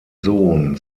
sohn